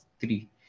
three